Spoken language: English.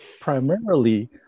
primarily